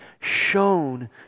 shown